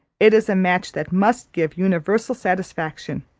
it is a match that must give universal satisfaction.